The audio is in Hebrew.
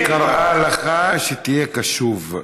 היא קראה לך שתהיה קשוב.